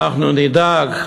אנחנו נדאג.